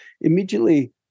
Immediately